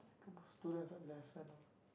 s~ students have lesson ah